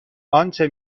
آنچه